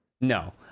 No